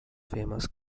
famous